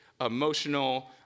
emotional